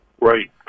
Right